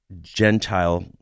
Gentile